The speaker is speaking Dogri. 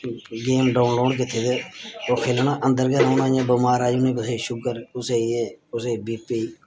गेम डाउनलोड कीती दे ओह् खेलना अंदर गै रौह्ना इ'यां बमार उ'नें कुसै गी शुगर कुसै गी एह् कुसै बी पी